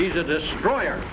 he's a destroyer